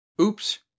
Oops